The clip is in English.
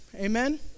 amen